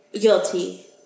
Guilty